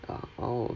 ah oh